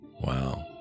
Wow